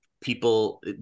People